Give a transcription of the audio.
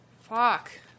Fuck